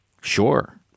Sure